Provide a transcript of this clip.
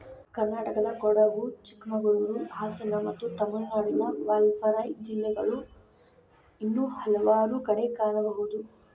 ಕರ್ನಾಟಕದಕೊಡಗು, ಚಿಕ್ಕಮಗಳೂರು, ಹಾಸನ ಮತ್ತು ತಮಿಳುನಾಡಿನ ವಾಲ್ಪಾರೈ ಜಿಲ್ಲೆಗಳು ಇನ್ನೂ ಹಲವಾರು ಕಡೆ ಕಾಣಬಹುದು